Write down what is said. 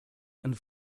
and